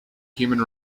human